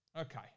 Okay